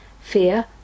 Fear